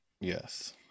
yes